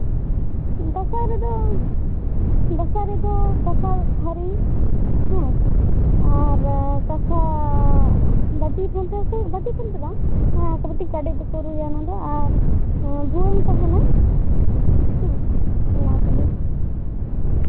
ᱫᱟᱸᱥᱟᱭ ᱨᱮᱫᱚ ᱫᱟᱸᱥᱟᱭ ᱨᱮᱫᱚ ᱠᱟᱸᱥᱟ ᱛᱷᱟ ᱨᱤ ᱦᱮᱸ ᱟᱨ ᱠᱟᱸᱥᱟ ᱵᱟ ᱴᱤᱦᱚᱯᱚᱱᱛᱮ ᱵᱟ ᱴᱤ ᱦᱚᱯᱚᱱ ᱫᱚ ᱵᱟᱝ ᱢᱤᱫᱴᱤᱡ ᱠᱟᱰᱮᱡ ᱛᱮᱠᱚ ᱨᱩᱭᱟ ᱟᱨ ᱵᱷᱩᱣᱟᱹᱝ ᱛᱟᱦᱮᱱᱟ